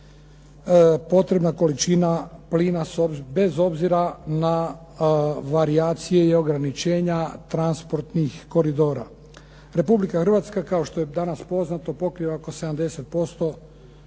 potrebna količina plina bez obzira na varijacije i ograničenja transportnih koridora. Republika Hrvatska kao što je danas poznato pokrije oko 70%